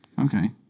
Okay